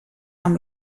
amb